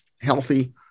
healthy